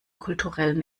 kulturellen